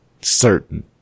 certain